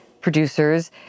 producers